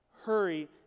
hurry